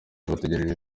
bategereje